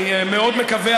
אני מאוד מקווה,